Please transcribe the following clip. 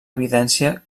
evidència